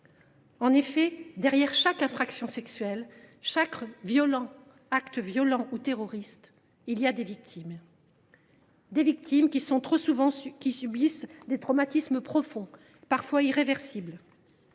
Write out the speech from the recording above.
En effet, derrière chaque infraction sexuelle, chaque acte violent ou terroriste, il y a des victimes qui, trop souvent, subissent des traumatismes profonds, parfois irréversibles.